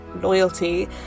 loyalty